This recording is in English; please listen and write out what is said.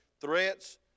threats